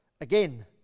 Again